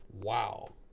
Wow